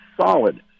solid